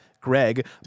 greg